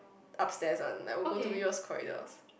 upstairs one like we will go to people's corridors